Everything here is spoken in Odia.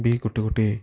ବି ଗୋଟେ ଗୋଟେ